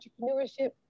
entrepreneurship